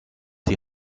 die